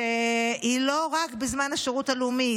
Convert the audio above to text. שהיא לא רק בזמן השירות הלאומי,